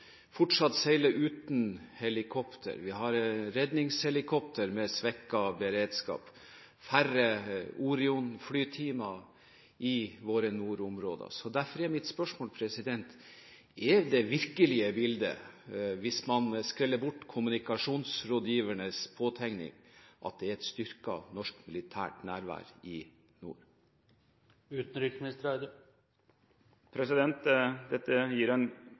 fortsatt seiler uten helikopter, vi har redningshelikopter med svekket beredskap, og det er færre Orion-flytimer i våre nordområder. Derfor er mitt spørsmål: Er det virkelige bildet, hvis man skreller bort kommunikasjonsrådgivernes påtegninger, at det er et styrket norsk militært nærvær i nord? Dette gir en tidligere forsvarsminister en